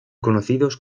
conocidos